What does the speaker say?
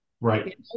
Right